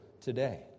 today